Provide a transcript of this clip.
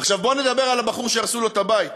עכשיו, בואו נדבר על הבחור שהרסו לו את הבית,